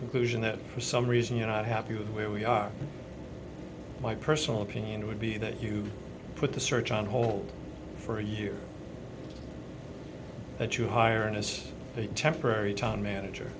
conclusion that for some reason you're not happy with where we are my personal opinion would be that you put the search on hold for a year that you hire him as a temporary town manager